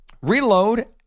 Reload